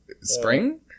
Spring